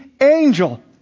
angel